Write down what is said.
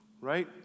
right